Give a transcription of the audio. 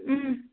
اۭں